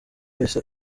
wese